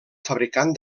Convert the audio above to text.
fabricant